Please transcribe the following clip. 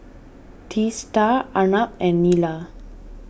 Teesta Arnab and Neila